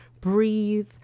Breathe